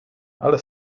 ale